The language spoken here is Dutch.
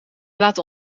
laten